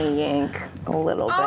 yank a little